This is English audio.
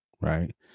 right